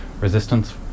Resistance